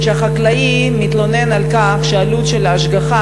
שהחקלאי מתלונן על כך שהעלות של ההשגחה,